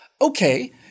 okay